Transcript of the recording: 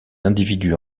individus